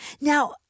Now